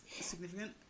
significant